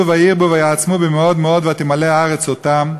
וירבו ויעצמו במאד מאד ותמלא הארץ אֹתם,